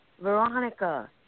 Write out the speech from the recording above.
Veronica